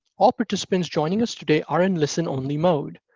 all participants joining us today are in listen only mode.